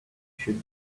should